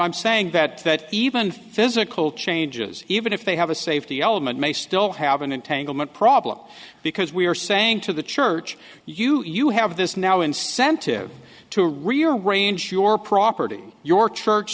saying that that even physical changes even if they have a safety element may still have an entanglement problem because we are saying to the church you you have this now incentive to rearrange your property your church